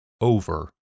over